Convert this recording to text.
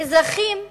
זה לא נכון.